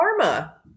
karma